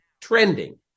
trending